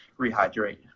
rehydrate